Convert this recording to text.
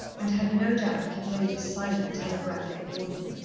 and had no doubt conveyed a silent telegraphic warning.